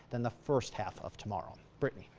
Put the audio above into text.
and the first half of tomorrow. but and